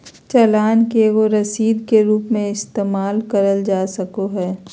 चालान के एगो रसीद के रूप मे इस्तेमाल करल जा सको हय